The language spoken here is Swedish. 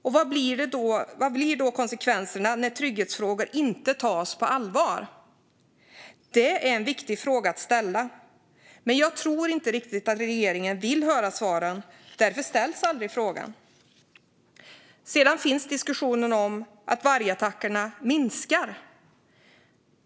Och vad blir konsekvenserna när trygghetsfrågor inte tas på allvar? Det är en viktig fråga att ställa. Men jag tror inte riktigt att regeringen vill höra svaren, och därför ställs aldrig frågan. Sedan finns diskussionen om att vargattackerna minskar.